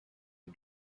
and